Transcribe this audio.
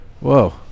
Whoa